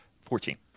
Fourteen